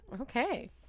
Okay